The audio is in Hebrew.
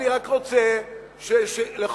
אני רק רוצה שלכל,